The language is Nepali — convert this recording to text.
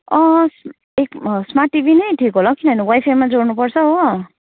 अँ स्मार्ट टिभी नै ठिक होला हौ किनभने वाइफाईमा जोड्नु पर्छ हो